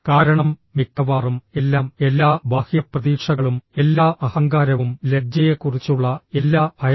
കാരണം മിക്കവാറും എല്ലാം എല്ലാ ബാഹ്യ പ്രതീക്ഷകളും എല്ലാ അഹങ്കാരവും ലജ്ജയെക്കുറിച്ചുള്ള എല്ലാ ഭയവും